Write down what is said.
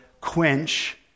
quench